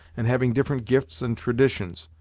and having different gifts and traditions,